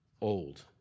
old